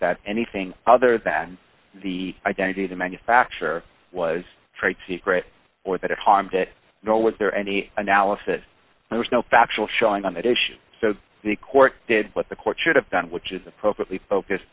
that anything other than the identity of the manufacturer was trade secret or that it harmed it nor was there any analysis there was no factual showing on that issue so the court did what the court should have done which is appropriately focused